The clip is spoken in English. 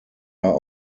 are